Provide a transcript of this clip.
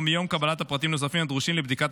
המורכבת מנציגי ציבור ותפקידה הוא לייעץ